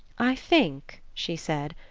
i think, she said,